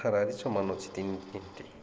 ହାରାହାରି ସମାନ ଅଛି ତିନି